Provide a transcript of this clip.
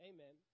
Amen